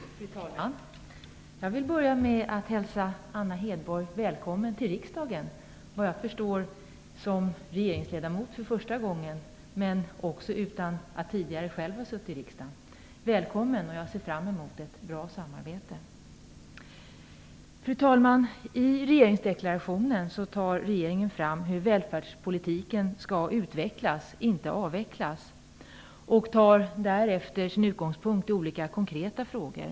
Fru talman! Jag vill börja med att hälsa Anna Hedborg välkommen till riksdagen som, såvitt jag förstår, regeringsledamot för första gången utan att tidigare ha suttit med i riksdagen. Välkommen! Jag ser fram emot ett bra samarbete. Fru talman! I regeringsdeklarationen för regeringen fram hur välfärdspolitiken skall utvecklas, inte avvecklas. Därefter är utgångspunkten olika konkreta frågor.